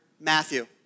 Matthew